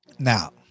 Now